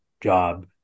job